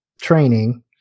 training